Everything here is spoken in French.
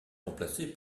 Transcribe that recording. remplacé